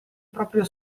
proprio